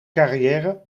carrière